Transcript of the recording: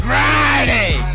Friday